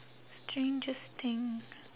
strangest thing